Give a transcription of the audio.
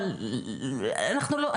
אבל אנחנו לא,